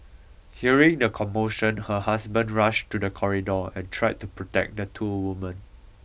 hearing the commotion her husband rushed to the corridor and tried to protect the two women